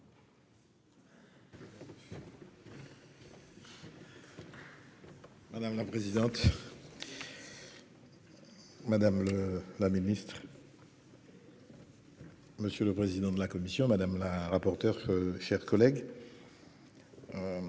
Madame la présidente. Madame le la ministre. Monsieur le président de la commission, madame la rapporteure, chers collègues.